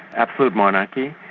absolute monarchy,